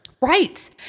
Right